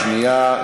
השאילתה השנייה,